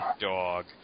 dog